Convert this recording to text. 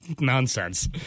nonsense